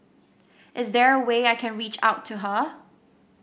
is there a way I can reach out to her